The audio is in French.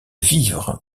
vivre